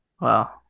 Wow